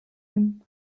him